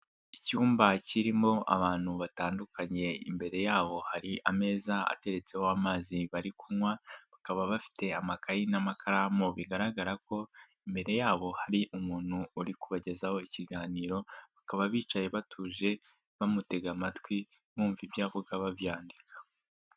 Icyumba kirimo abantu batandukanye imbere yaho hari ameza ateretseho amazi bari kunywa, bakaba bafite amakayi n'amakaramu bigaragara ko imbere yabo hari umuntu uri kubagezaho ikiganiro, bakaba bicaye batuje bamutega amatwi bumva ibyo avuga babyandika.